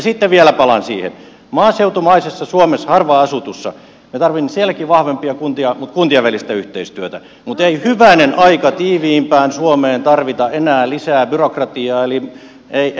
sitten vielä palaan siihen että maaseutumaisessa harvaan asutussa suomessa me tarvitsemme vahvempia kuntia mutta myös kuntien välistä yhteistyötä mutta ei hyvänen aika tiiviimpään suomeen tarvita enää lisää byrokratiaa eli ylikunnallisuutta